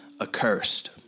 accursed